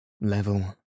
level